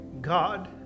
God